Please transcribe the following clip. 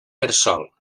cresol